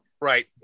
right